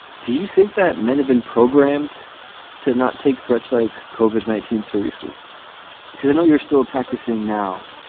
do you think that men have been programmed to not take threats like colvard nineteen seriously because they know you're still practicing now?